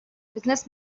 business